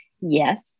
Yes